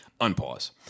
Unpause